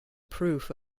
proof